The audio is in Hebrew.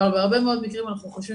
אבל בהרבה מאוד מקרים אנחנו חושבים